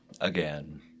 Again